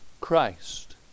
Christ